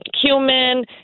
cumin